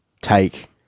take